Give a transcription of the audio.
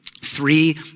Three